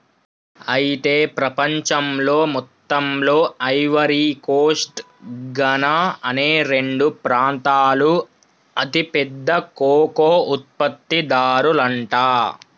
అయితే ప్రపంచంలో మొత్తంలో ఐవరీ కోస్ట్ ఘనా అనే రెండు ప్రాంతాలు అతి పెద్ద కోకో ఉత్పత్తి దారులంట